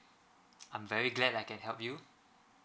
I'm very glad I can help you